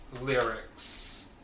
lyrics